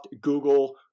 Google